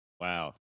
Wow